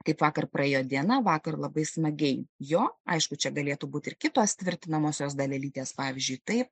kaip vakar praėjo diena vakar labai smagiai jo aišku čia galėtų būti ir kitos tvirtinamosios dalelytės pavyzdžiui taip